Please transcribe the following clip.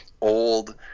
old